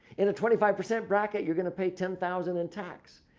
in a twenty five percent bracket you're going to pay ten thousand in tax.